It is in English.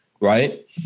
Right